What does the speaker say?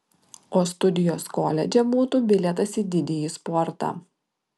o studijos koledže būtų bilietas į didįjį sportą